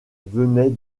venaient